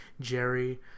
Jerry